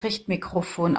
richtmikrofon